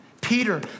Peter